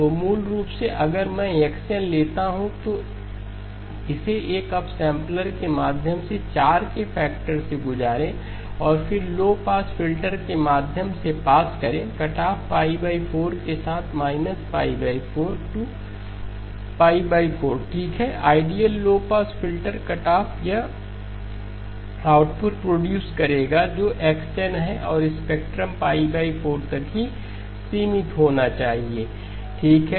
तो मूल रूप से अगर मैं x n लेता हूं तो इसे एक अपसैंपलर के माध्यम से 4 के फैक्टर से गुजारें और फिर लो पास फिल्टर के माध्यम से पास करें कटऑफ 4के साथ 4 to 4 ठीक है ideal low pass filter cutoff यह आउटपुट प्रोड्यूस करेगा जो xn है और स्पेक्ट्रम 4तक ही सीमित होना चाहिए ठीक है